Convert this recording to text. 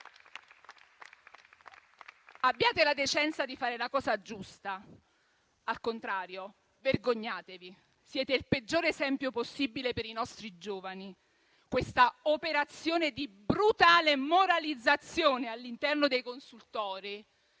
Abbiate la decenza di fare la cosa giusta al contrario. Vergognatevi: siete il peggiore esempio possibile per i nostri giovani. Questa operazione di brutale moralizzazione all'interno dei consultori